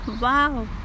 Wow